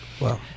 Wow